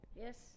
Yes